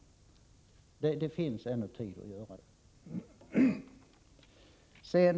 Det finns ännu tid att göra det.